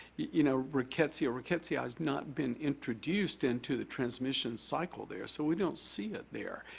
you know, rickettsia rickettsii has not been introduced into the transmission cycle there, so we don't see it there.